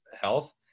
health